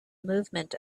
movement